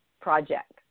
project